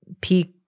peak